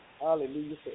Hallelujah